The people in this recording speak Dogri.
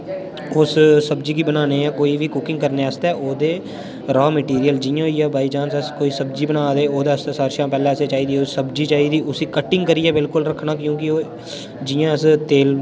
उस सब्जी गी बनाने कोई बी कुकिंग करने आस्तै ओह्दे रॉ मैटीरियल जि'यां होई गेआ बाई चांस अस कोई सब्जी बना दे औदे आस्तै सारें'शा पैह्ले असें चाहिदी सब्जी चाहिदी उसी कटिंग करियै बिल्कुल रक्खना क्योंकि ओह् जि'यां अस तेल